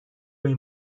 روی